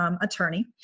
attorney